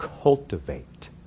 cultivate